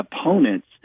opponents